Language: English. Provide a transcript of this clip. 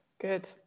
Good